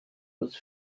was